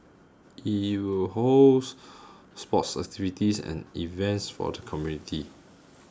it will host sports activities and events for the community